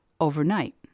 overnight